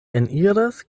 eniras